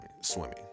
swimming